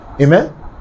Amen